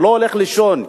או לא הולך לישון רעב,